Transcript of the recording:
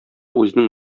үзенең